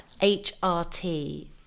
HRT